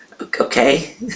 Okay